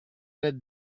red